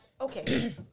Okay